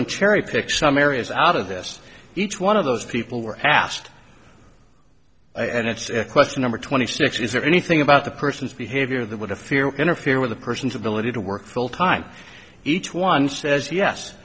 and cherry pick some areas out of this each one of those people were asked and it's question number twenty six is there anything about the person's behavior that would have fear interfere with a person's ability to work full time each one says yes